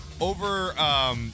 over